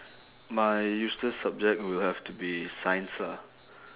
my useless subject will have to be science lah